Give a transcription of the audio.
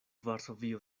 varsovio